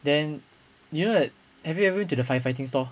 then you know that have you ever to the firefighting store